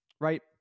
Right